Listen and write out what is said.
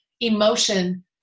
emotion